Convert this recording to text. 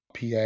PA